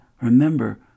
remember